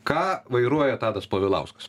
ką vairuoja tadas povilauskas